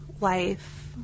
life